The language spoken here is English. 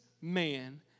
man